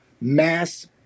mass